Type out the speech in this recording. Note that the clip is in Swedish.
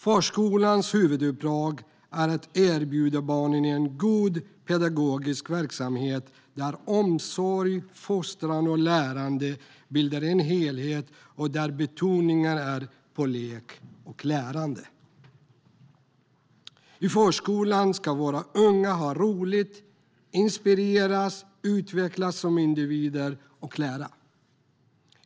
Förskolans huvuduppdrag är att erbjuda barnen en god pedagogisk verksamhet där omsorg, fostran och lärande bildar en helhet och där betoningen ligger på lek och lärande. I förskolan ska våra unga ha roligt, inspireras, utvecklas som individer och lära.